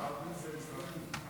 בערבית זה משרק.